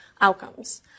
outcomes